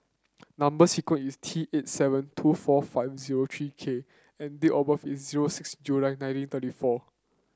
number sequence is T eight seven two four five zero three K and date of birth is zero six July nineteen thirty four